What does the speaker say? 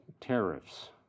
tariffs